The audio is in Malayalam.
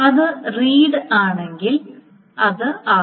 അത് റീഡ് ആണെങ്കിൽ അത് ആർ